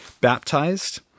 baptized